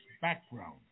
background